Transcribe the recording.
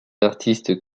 artistes